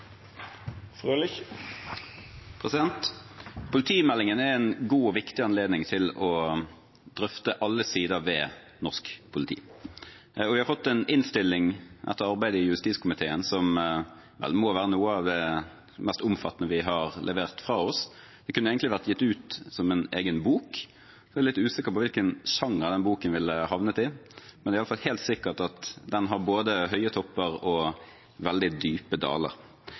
Politimeldingen er en god og viktig anledning til å drøfte alle sider ved norsk politi. Vi har etter arbeidet i justiskomiteen fått en innstilling som vel må være noe av det mest omfattende vi har levert fra oss. Det kunne egentlig vært gitt ut som en egen bok. Jeg er litt usikker på hvilken sjanger den boken ville havnet i, men det er iallfall helt sikkert at den har både høye topper og veldig dype daler.